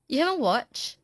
you haven't watch